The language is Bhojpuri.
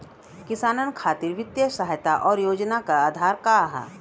किसानन खातिर वित्तीय सहायता और योजना क आधार का ह?